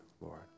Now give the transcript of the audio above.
Lord